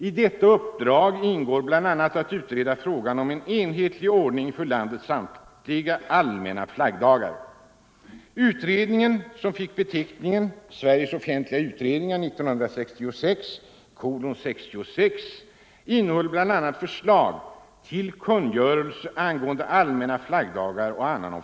I detta uppdrag ingick bl.a. att utreda frågan om en enhetlig ordning för landets allmänna flaggdagar.